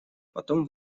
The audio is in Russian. потом